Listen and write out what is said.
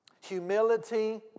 humility